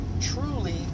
truly